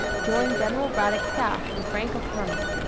joined general braddock's staff with rank of colonel.